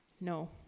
No